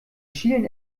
schielen